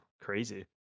crazy